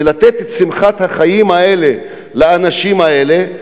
ולתת את שמחת החיים לאנשים האלה,